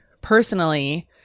personally